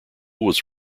was